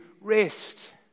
rest